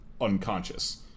unconscious